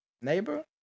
Neighbor